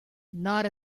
not